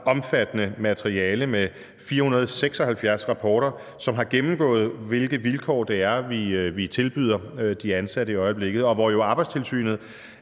omfattende materiale med 476 rapporter, hvori det gennemgås, hvilke vilkår det er, vi tilbyder de ansatte i øjeblikket, og det fremgår, at Arbejdstilsynet